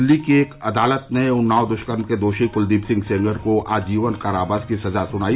दिल्ली की एक अदालत ने उन्नाव दुष्कर्म के दोषी कुलदीप सिंह सेंगर को आजीवन कारावास की सजा सुनाई